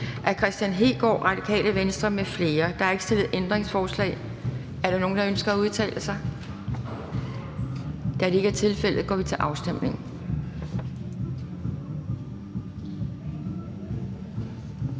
næstformand (Pia Kjærsgaard): Der er ikke stillet ændringsforslag. Er der nogen, der ønsker at udtale sig? Da det ikke er tilfældet, går vi til afstemning.